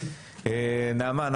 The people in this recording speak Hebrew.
נעמה,